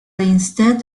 instead